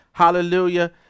Hallelujah